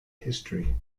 history